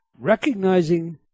Recognizing